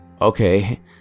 okay